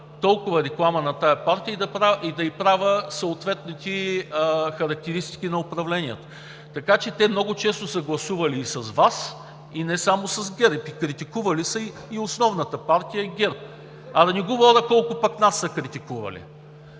толкова реклама на тази партия и да ѝ правя съответните характеристики на управлението. Така че те много често са гласували и с Вас, и не само с ГЕРБ. Критикували са и основната партия ГЕРБ. А да не говоря колко пък нас са критикували.